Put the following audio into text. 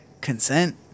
consent